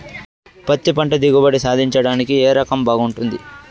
పత్తి పంట దిగుబడి సాధించడానికి ఏ రకం బాగుంటుంది?